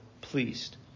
pleased